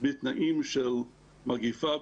בתנאים של מגפה,